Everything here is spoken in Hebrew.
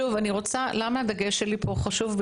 שוב, למה הדגש שלי פה חשוב?